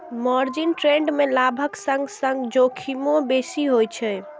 margin trade मे लाभक संग संग जोखिमो बेसी होइ छै